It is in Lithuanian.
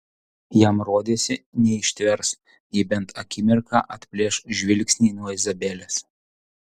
jam rodėsi neištvers jei bent akimirką atplėš žvilgsnį nuo izabelės